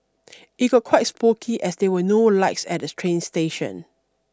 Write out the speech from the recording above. it got quite spooky as there were no lights at the train station